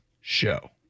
show